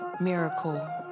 miracle